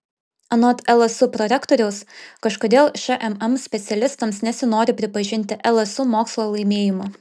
anot lsu prorektoriaus kažkodėl šmm specialistams nesinori pripažinti lsu mokslo laimėjimų